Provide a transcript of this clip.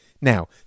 Now